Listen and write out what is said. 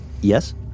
Yes